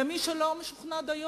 ולמי שלא משוכנע דיו